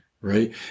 Right